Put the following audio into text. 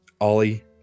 Ollie